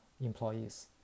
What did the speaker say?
employees